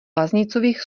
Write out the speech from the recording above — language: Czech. vaznicových